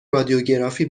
رادیوگرافی